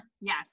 Yes